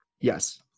Yes